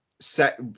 set